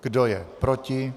Kdo je proti?